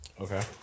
Okay